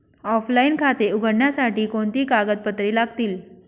Offline खाते उघडण्यासाठी कोणती कागदपत्रे लागतील?